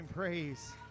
praise